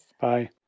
Bye